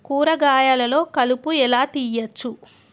కూరగాయలలో కలుపు ఎలా తీయచ్చు?